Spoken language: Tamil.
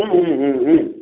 ம் ம் ம் ம்